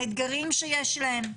על האתגרים שש להם.